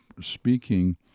speaking